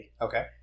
Okay